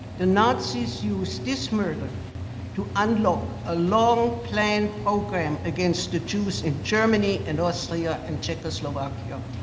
the nazis used this murder to unlock a long planned program against the jews in germany and austria and czechoslovakia.